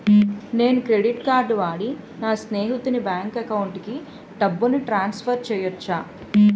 నేను credit card వాడి నా స్నేహితుని బ్యాంక్ అకౌంట్ కి డబ్బును ట్రాన్సఫర్ చేయచ్చా?